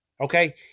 Okay